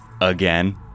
again